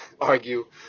argue